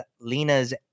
Lena's